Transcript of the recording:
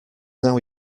now